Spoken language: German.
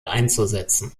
einzusetzen